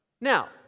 Now